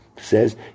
says